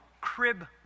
crib